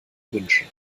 wünsche